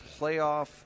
playoff